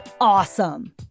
Awesome